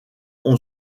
ont